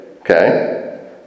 Okay